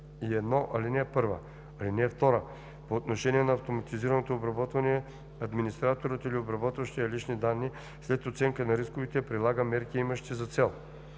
лични данни по чл. 51, ал. 1. (2) По отношение на автоматизираното обработване администраторът или обработващият лични данни след оценка на рисковете прилага мерки, имащи за цел: